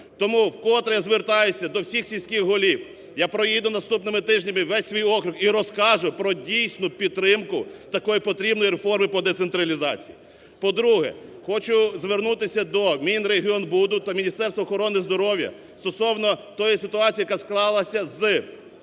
Тому вкотре звертаюсь до всіх сільських голів, я проїду наступними тижнями весь свій округ і розкажу про дійсну підтримку такої потрібної реформи по децентралізації. По-друге, хочу звернутися до Мінрегіонбуду та Міністерства охорони здоров'я стосовно тої ситуації, яка склалася з